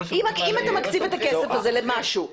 אם אתה מקציב את הכסף הזה למשהו,